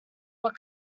were